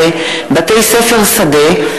19) (בתי-ספר שדה),